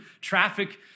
traffic